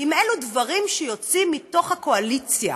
אם אלו דברים שיוצאים מתוך הקואליציה,